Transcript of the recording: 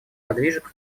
подвижек